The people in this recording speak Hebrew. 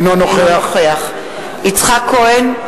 אינו נוכח יצחק כהן,